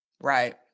Right